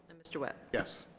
and mr. webb? yes.